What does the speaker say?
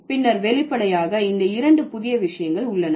பின்னர் வெளிப்படையாக இந்த இரண்டு புதிய விஷயங்கள் உள்ளன